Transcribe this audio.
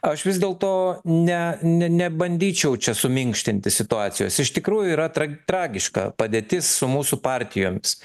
aš vis dėlto ne ne nebandyčiau čia suminkštinti situacijos iš tikrųjų yra tra tragiška padėtis su mūsų partijomis